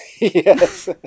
yes